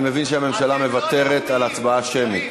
אני מבין שהממשלה מוותרת על הצבעה שמית?